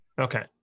Okay